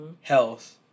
health